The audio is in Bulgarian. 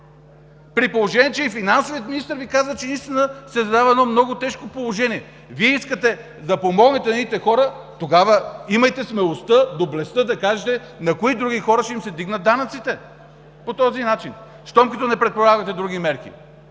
при положение че и финансовият министър Ви каза, че наистина се задава едно много тежко положение? Вие искате да помогнете на едни хора, но тогава имайте смелостта, доблестта да кажете на кои други хора по този начин ще им се вдигнат данъците, щом като не предлагате други мерки.